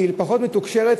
שהיא פחות מתוקשרת,